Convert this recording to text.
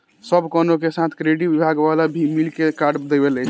सब कवनो के साथ क्रेडिट विभाग वाला भी मिल के कार्ड देवेला